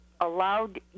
allowed